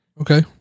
Okay